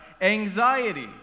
anxiety